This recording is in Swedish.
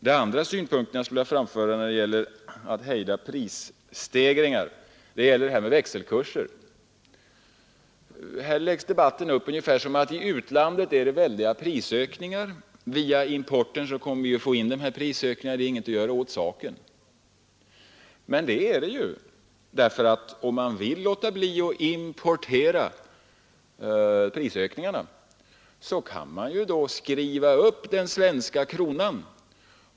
Den andra synpunkten jag skulle vilja framföra när det gäller att hejda prisstegringar gäller växelkurserna. Debatten utgår från att det i utlandet förekommer väldiga prisökningar, som vi via importen kommer att få in i landet och att det är inget att göra åt saken. Men det är det. Om man vill låta bli att importera prisökningarna kan man skriva upp den svenska kronan.